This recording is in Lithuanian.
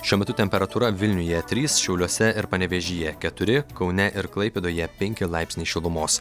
šiuo metu temperatūra vilniuje trys šiauliuose ir panevėžyje keturi kaune ir klaipėdoje penki laipsniai šilumos